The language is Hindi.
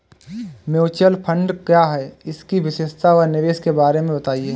म्यूचुअल फंड क्या है इसकी विशेषता व निवेश के बारे में बताइये?